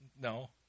No